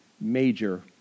major